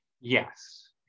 Yes